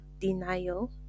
denial